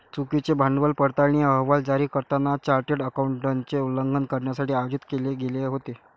चुकीचे भांडवल पडताळणी अहवाल जारी करताना चार्टर्ड अकाउंटंटचे उल्लंघन करण्यासाठी आयोजित केले गेले होते